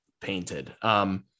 painted